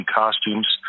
costumes